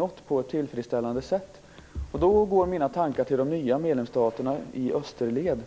att på ett tillfredsställande sätt hantera det som man redan uppnått. Mina tankar går då till de nya medlemsstaterna i österled.